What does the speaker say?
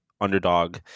underdog